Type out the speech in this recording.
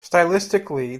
stylistically